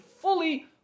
fully